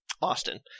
Austin